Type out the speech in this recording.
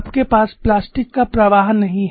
आपके पास प्लास्टिक का प्रवाह नहीं है